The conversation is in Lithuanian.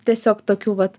tiesiog tokių vat